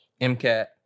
MCAT